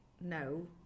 no